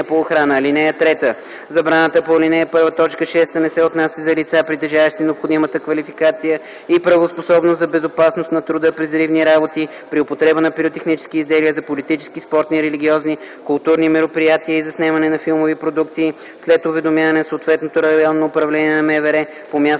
по охрана. (3) Забраната по ал. 1, т. 6 не се отнася за лица, притежаващи необходимата квалификация и правоспособност за безопасност на труда при взривни работи, при употреба на пиротехнически изделия за политически, спортни, религиозни, културни мероприятия и заснемане на филмови продукции, след уведомяване на съответното РУ на МВР по мястото